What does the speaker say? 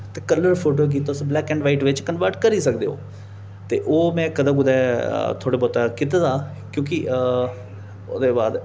ते colour photo गी तुस ब्लैक एण्ड वाईट बिच्च कनवर्ट करी सकदे ओ ते ओह् में कदें कुतै थोह्ड़ा बहुत कीते दा क्योंकि ओह्दे बाद